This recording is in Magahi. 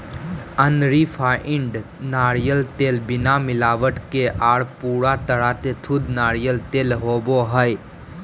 अनरिफाइंड नारियल तेल बिना मिलावट के आर पूरा तरह से शुद्ध नारियल तेल होवो हय